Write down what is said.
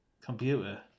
computer